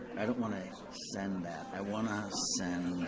i don't wanna send that, i wanna send